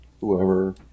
whoever